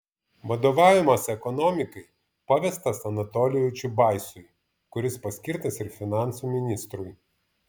vadovavimas ekonomikai pavestas anatolijui čiubaisui kuris paskirtas ir finansų ministrui